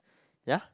yeah